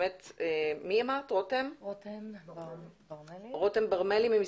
רותם ברמלי.